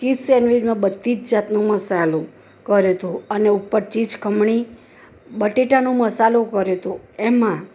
cheese sandwich બધી જ જાતનું મસાલો કર્યો હતો અને ઉપર ચીઝ ખમણી બટેટાનો મસાલો કર્યો હતો એમાં